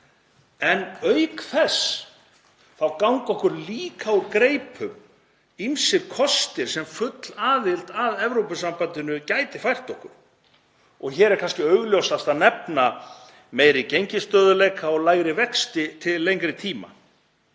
en auk þess þá ganga okkur líka úr greipum ýmsir kostir sem full aðild að Evrópusambandinu gæti fært okkur. Hér er kannski augljósast að nefna meiri gengisstöðugleika og lægri vexti til lengri tíma.